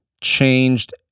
changed